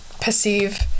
perceive